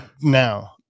now